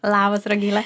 labas rugile